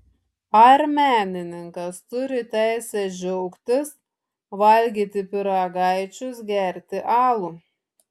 ar menininkas turi teisę džiaugtis valgyti pyragaičius gerti alų